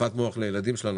בשטיפת מוח לילדים שלנו,